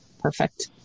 Perfect